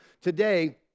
today